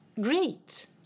great